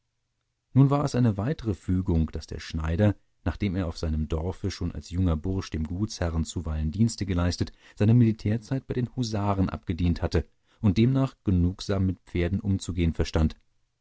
nun war es eine weitere fügung daß der schneider nachdem er auf seinem dorfe schon als junger bursch dem gutsherrn zuweilen dienste geleistet seine militärzeit bei den husaren abgedient hatte und demnach genugsam mit pferden umzugehen verstand